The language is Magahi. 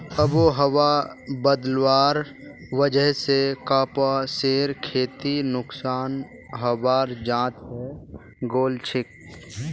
आबोहवा बदलवार वजह स कपासेर खेती नुकसान हबार चांस हैं गेलछेक